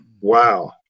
wow